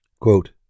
Quote